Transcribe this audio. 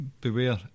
beware